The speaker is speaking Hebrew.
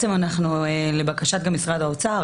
גם לבקשת משרד האוצר,